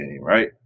right